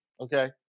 Okay